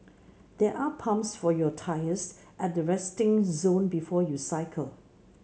there are pumps for your tyres at the resting zone before you cycle